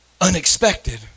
unexpected